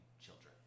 children